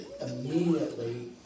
immediately